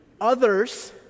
Others